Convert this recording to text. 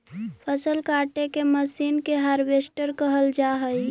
फसल काटे के मशीन के हार्वेस्टर कहल जा हई